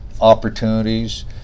Opportunities